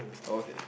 okay